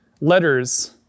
letters